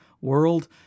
world